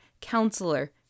counselor